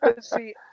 see